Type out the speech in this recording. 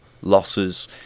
losses